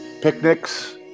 picnics